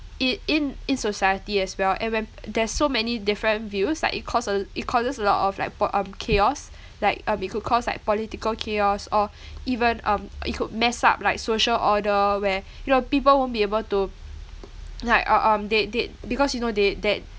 it in in society as well and when there's so many different views like it cause a it causes a lot of like po~ um chaos like um it could cause like political chaos or even um it could mess up like social order where you know people won't be able to like uh um they they because you know they that